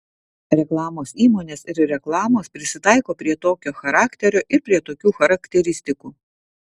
reklamos įmonės ir reklamos prisitaiko prie tokio charakterio ir prie tokių charakteristikų